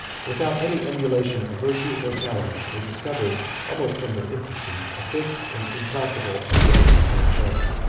without any emulation of virtue or talents, they discovered, almost from their infancy, a fixed and implacable antipathy for each other.